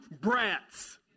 brats